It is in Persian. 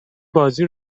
بازی